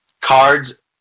cards